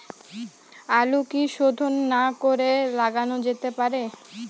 আলু কি শোধন না করে লাগানো যেতে পারে?